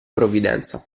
provvidenza